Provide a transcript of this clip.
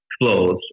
flows